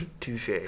Touche